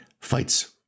fights